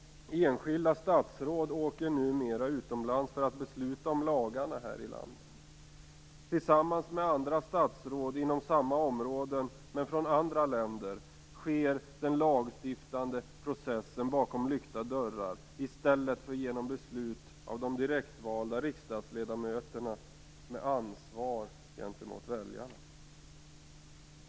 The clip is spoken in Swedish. Enskilda statsråd åker numera utomlands för att besluta om lagarna i landet. Tillsammans med andra statsråd inom samma områden, men från andra länder, sker den lagstiftande processen för lyckta dörrar i stället för genom beslut av de direktvalda riksdagsledamöterna med ansvar gentemot väljarna.